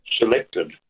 selected